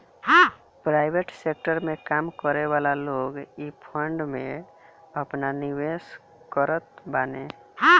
private sector में काम करेवाला लोग इ फंड में आपन निवेश करत बाने